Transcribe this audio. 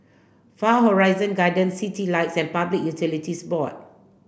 Far Horizon Gardens Citylights and Public Utilities Board